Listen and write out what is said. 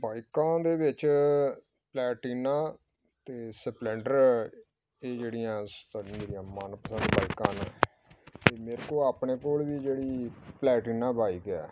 ਬਾਈਕਾਂ ਦੇ ਵਿੱਚ ਪਲੈਟੀਨਾ ਅਤੇ ਸਪਲੈਂਡਰ ਇਹ ਜਿਹੜੀਆਂ ਸਾਡੀਆਂ ਜਿਹੜੀਆਂ ਮਨਪਸੰਦ ਬਾਈਕਾਂ ਨੇ ਅਤੇ ਮੇਰੇ ਕੋਲ ਆਪਣੇ ਕੋਲ ਵੀ ਜਿਹੜੀ ਪਲੈਟੀਨਾ ਬਾਈਕ ਹੈ